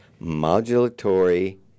modulatory